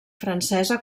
francesa